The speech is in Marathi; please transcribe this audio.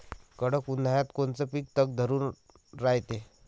कडक उन्हाळ्यात कोनचं पिकं तग धरून रायते?